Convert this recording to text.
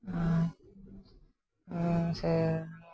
ᱟᱨ ᱱᱚᱣᱟ ᱥᱮ